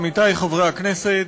עמיתי חברי הכנסת,